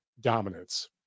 dominance